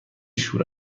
شور